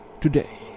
today